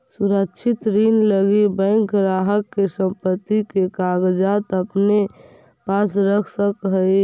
सुरक्षित ऋण लगी बैंक ग्राहक के संपत्ति के कागजात अपने पास रख सकऽ हइ